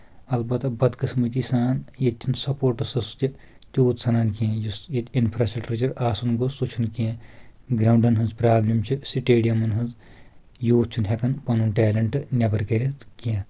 البتہٕ بد قٕسمٕتی سان ییٚتہِ چھِنہٕ سپوٹسس تہِ تیوٗت سَنان کِہیٖنۍ یُس ییٚتہِ اِنفراسٹرکچر آسُن گوٚوھ سُہ چھُنہٕ کینٛہہ گرٛاوُنٛڈن ہٕنٛز پروبلِم چھِ سِٹیڈِیَمن ہٕنٛز یوٗتھ چھُنہٕ ہؠکان پنُن ٹیلنٹ نؠبر کٔڑِتھ کینٛہہ